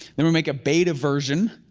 then we make a beta version.